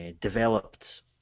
developed